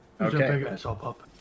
Okay